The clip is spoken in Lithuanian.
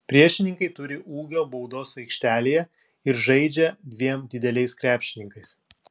priešininkai turi ūgio baudos aikštelėje ir žaidžia dviem dideliais krepšininkais